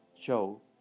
show